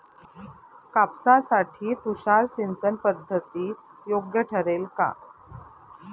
कापसासाठी तुषार सिंचनपद्धती योग्य ठरेल का?